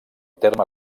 terme